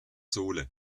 sohle